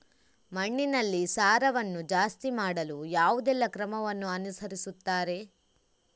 ಮಣ್ಣಿನಲ್ಲಿ ಸಾರವನ್ನು ಜಾಸ್ತಿ ಮಾಡಲು ಯಾವುದೆಲ್ಲ ಕ್ರಮವನ್ನು ಅನುಸರಿಸುತ್ತಾರೆ